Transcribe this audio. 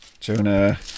Jonah